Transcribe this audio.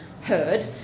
heard